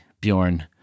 Bjorn